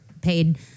paid